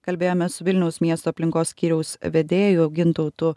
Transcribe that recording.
kalbėjomės su vilniaus miesto aplinkos skyriaus vedėju gintautu